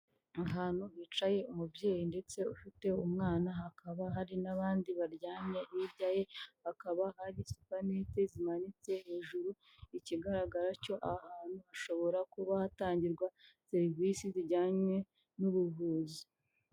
Ahantu hicaye umubyeyi ndetse ufite umwana, hakaba hari n'abandi baryamye, hirya ye hakaba hari supanete zimanitse hejuru ikigaragara cyo aha hantu hashobora kuba hatangirwa serivisi zijyanye n'ubuvuzi.